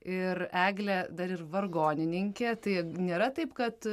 ir eglė dar ir vargonininkė tai nėra taip kad